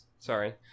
sorry